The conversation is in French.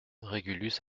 régulus